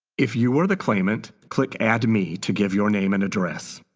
if you are the claimant, click add me to give your name and address.